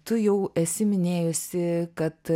tu jau esi minėjusi kad